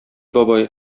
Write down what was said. бабай